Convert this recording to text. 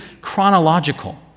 chronological